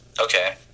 Okay